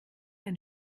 ein